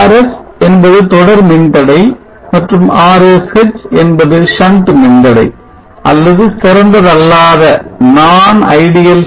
RS என்பது தொடர் மின்தடை மற்றும் RSH என்பது shunt மின்தடை அல்லது சிறந்ததல்லாத shunt